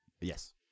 Yes